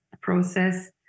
process